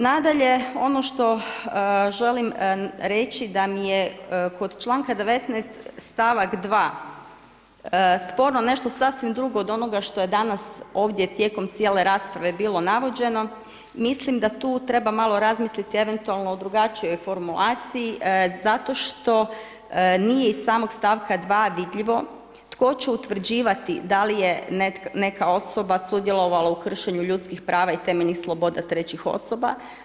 Nadalje ono što želim reći da mi je kod članka 19. stavak 2. sporno nešto sasvim drugo od onoga što je danas ovdje tijekom cijele rasprave bilo navođeno, mislim da tu treba malo razmisliti eventualno o drugačijoj formulaciji zato što nije iz samog stavka 2. vidljivo tko će utvrđivati da li je neka osoba sudjelovala u kršenju ljudskih prava i temeljnih sloboda trećih osoba.